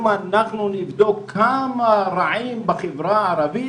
אם אנחנו נבדוק כמה רעים בחברה הערבית